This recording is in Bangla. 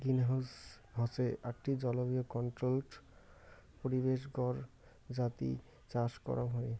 গ্রিনহাউস হসে আকটি জলবায়ু কন্ট্রোল্ড পরিবেশ ঘর যাতি চাষ করাং হই